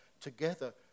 together